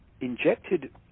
injected